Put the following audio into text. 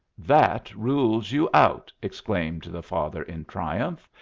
that rules you out! exclaimed the father, in triumph.